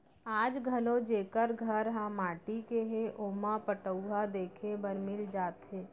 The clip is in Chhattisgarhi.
आज घलौ जेकर घर ह माटी के हे ओमा पटउहां देखे बर मिल जाथे